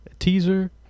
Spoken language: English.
teaser